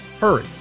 Hurry